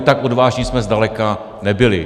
Tak odvážní jsme zdaleka nebyli.